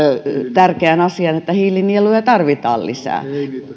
tärkeän asian että hiilinieluja tarvitaan lisää